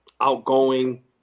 outgoing